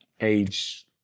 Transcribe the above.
age